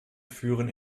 führen